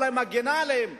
אולי מגינה עליהם,